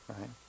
Right